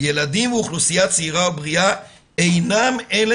ילדים ואוכלוסייה צעירה ובריאה אינם אלה